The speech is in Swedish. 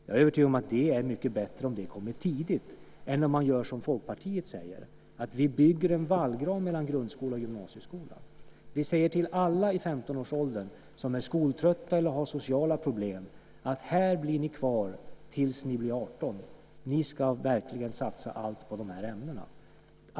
Jag är övertygad om att det är mycket bättre om det kommer tidigt än om vi gör som Folkpartiet säger, bygger en vallgrav mellan grundskola och gymnasieskola och säger till alla i 15-årsåldern som är skoltrötta eller har sociala problem att de blir kvar tills de blir 18 och att de ska satsa allt på ämnena.